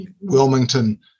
Wilmington